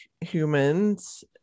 humans